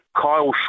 Kyle